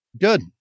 Good